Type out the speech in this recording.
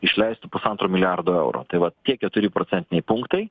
išleistų pusantro milijardo eurų tai va tie keturi procentiniai punktai